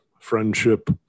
friendship